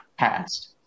Passed